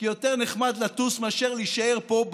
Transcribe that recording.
כי יותר נחמד לטוס מאשר להישאר פה,